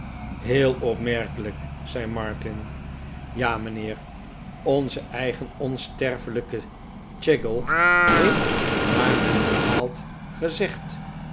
heel opmerkelijk zei martin ja mijnheer onze eigen onsterfelijke chiggle heeft naar men verhaalt gezegd